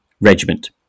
regiment